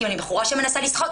אם אני בחורה שמנסה לסחוט,